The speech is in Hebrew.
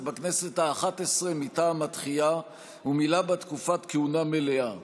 בכנסת האחת-עשרה מטעם התחיה ומילא בה תקופת כהונה מלאה.